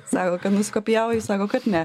sako kad nusikopijavo ji sako kad ne